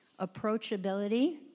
Approachability